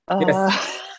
Yes